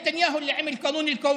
נתניהו הזה עשה את חוק הלאום,